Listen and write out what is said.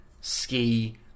Ski